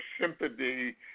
sympathy